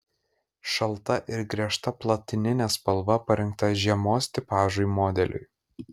šalta ir griežta platininė spalva parinkta žiemos tipažui modeliui